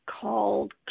called